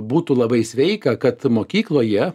būtų labai sveika kad mokykloje